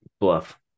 Bluff